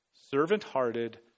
servant-hearted